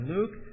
Luke